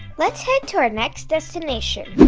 let's head to our next destination.